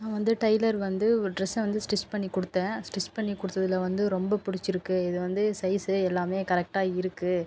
நான் வந்து டைலர் வந்து ஒரு டிரெஸ்ஸை வந்து ஸ்டிச் பண்ணி கொடுத்தேன் ஸ்டிச் பண்ணி கொடுத்ததுல வந்து ரொம்ப பிடிச்சிருக்கு இது வந்து சைஸ் எல்லாமே கரெக்ட்டாக இருக்கு